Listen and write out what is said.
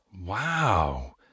wow